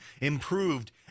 improved